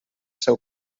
seu